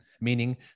meaning